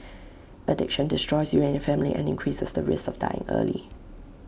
addiction destroys you and your family and increases the risk of dying early